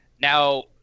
now